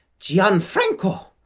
Gianfranco